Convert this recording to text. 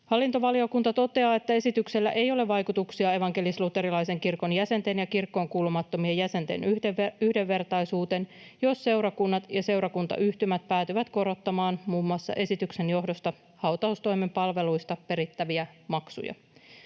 Hallintovaliokunta toteaa, että esityksellä ei ole vaikutuksia evankelis-luterilaisen kirkon jäsenten ja kirkkoon kuulumattomien jäsenten yhdenvertaisuuteen, jos seurakunnat ja seurakuntayhtymät päätyvät korottamaan muun muassa esityksen johdosta hautaustoimen palveluista perittäviä maksuja.